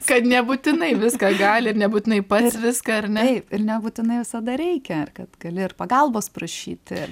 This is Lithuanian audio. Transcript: kad nebūtinai viską gali ir nebūtinai pats viską ar ne ir nebūtinai visada reikia ir kad gali ir pagalbos prašyti